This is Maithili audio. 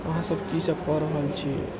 अहाँसब कि सब कऽ रहल छी